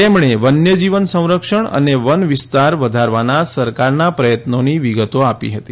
તેમણે વન્ય જીવન સંરક્ષણ અને વનવિસ્તાર વધારવાના સરકારના પ્રયત્નોની વિગતો આપી હતી